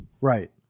Right